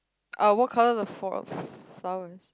uh what colour the four flower